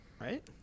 right